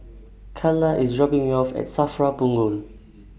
Calla IS dropping Me off At SAFRA Punggol